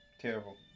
Terrible